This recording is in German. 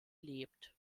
lebt